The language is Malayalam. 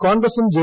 കോൺഗ്രസും ജെ